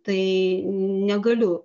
tai negaliu